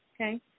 okay